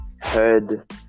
heard